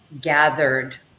gathered